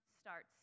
starts